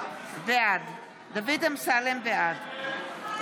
בעד בעד חיסול הטרור.